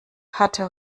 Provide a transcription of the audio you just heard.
hatte